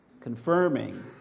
Confirming